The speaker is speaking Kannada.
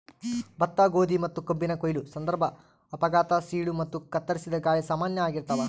ಭತ್ತ ಗೋಧಿ ಮತ್ತುಕಬ್ಬಿನ ಕೊಯ್ಲು ಸಂದರ್ಭ ಅಪಘಾತ ಸೀಳು ಮತ್ತು ಕತ್ತರಿಸಿದ ಗಾಯ ಸಾಮಾನ್ಯ ಆಗಿರ್ತಾವ